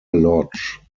lodge